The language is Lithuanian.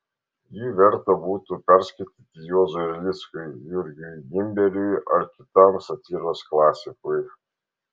jį verta būtų perskaityti juozui erlickui jurgiui gimberiui ar kitam satyros klasikui